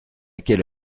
quelle